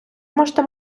можете